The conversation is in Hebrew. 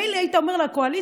מילא היית אומר קואליציה,